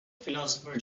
philosopher